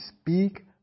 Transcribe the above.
speak